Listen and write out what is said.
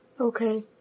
Okay